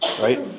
Right